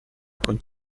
con